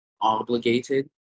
obligated